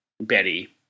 Betty